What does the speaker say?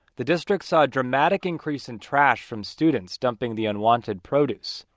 the district saw a dramatic increase in trash from students dumping the unwanted produce.